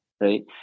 right